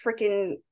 freaking